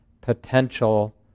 potential